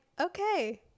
okay